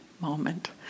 moment